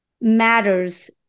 matters